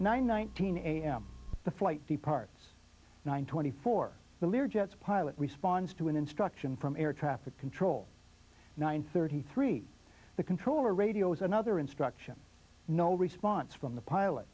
eighty m the flight departs nine twenty four the lear jets pilot responds to an instruction from air traffic control nine thirty three the controller radios another instruction no response from the pilot